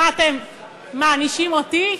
מה, אתם מענישים אותי?